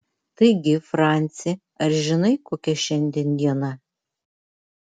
taigi franci ar žinai kokia šiandien diena